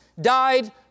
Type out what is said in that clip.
died